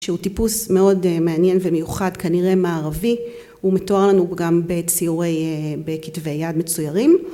שהוא טיפוס מאוד מעניין ומיוחד, כנראה מערבי, הוא מתואר לנו גם בציורי... בכתבי יד מצוירים